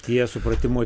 tie supratimui